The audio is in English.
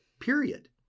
Period